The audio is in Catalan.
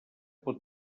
pot